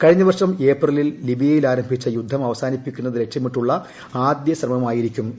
കഴിഞ്ഞ വർഷം ഏപ്രിലിൽ ലിബിയയിൽ ആരംഭിച്ച യുദ്ധം അവസാനിപ്പിക്കുന്നത് ലക്ഷ്യമിട്ടുള്ള ആദ്യ ശ്രമമായിരിക്കും ഇത്